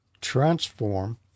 transform